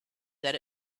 that